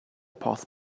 post